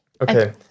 Okay